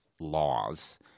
laws